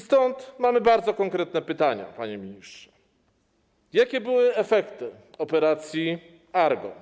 Stąd mamy bardzo konkretne pytania, panie ministrze: Jakie były efekty operacji „Argon”